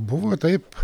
buvo taip